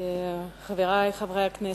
חברי חברי הכנסת,